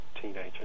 teenager